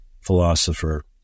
philosopher